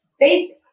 Faith